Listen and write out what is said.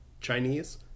chinese